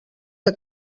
que